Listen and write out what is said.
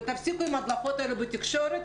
ותפסיקו מההדלפות האלו בתקשורת,